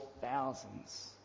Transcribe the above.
thousands